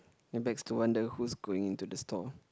it begs to wonder who's going into the store